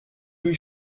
rue